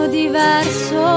diverso